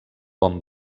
bon